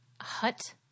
hut